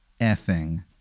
effing